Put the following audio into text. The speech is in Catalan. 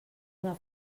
una